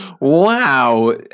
Wow